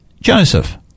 Joseph